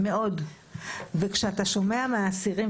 כשאתה שומע מהאסירים,